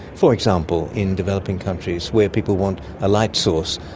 for example, in developing countries where people want a light source,